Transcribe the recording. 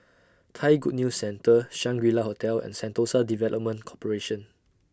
Thai Good News Centre Shangri La Hotel and Sentosa Development Corporation